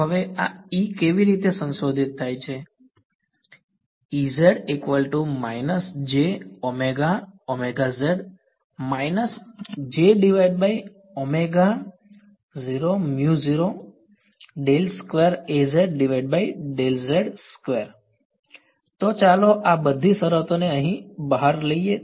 તો હવે આ E કેવી રીતે સંશોધિત થાય છે તો ચાલો આ બધી શરતોને અહીં બહાર લઈએ